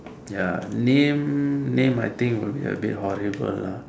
ya name name I think will be a bit horrible lah